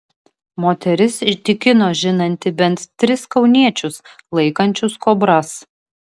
moteris tikino žinanti bent tris kauniečius laikančius kobras